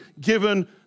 given